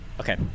Okay